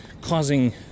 causing